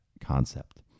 concept